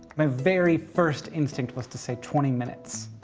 my very first instinct was to say twenty minutes.